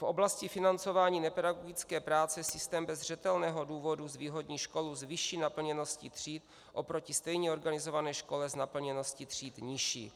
V oblasti financování nepedagogické práce systém bez zřetelného důvodu zvýhodní školu s vyšší naplněností tříd oproti stejně organizované škole s naplněností tříd nižší.